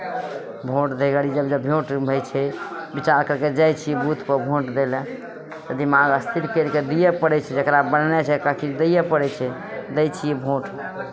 vote दै घड़ी जब जब भोट होइ छै विचार करि कऽ जाइ छियै बूथपर भोट दै लेल तऽ दिमाग स्थिर करि कऽ दिअ पड़ै छै जकरा बनेनाइ छै ओकरा दिअ पड़ै छै दै छियै भोट